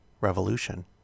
revolution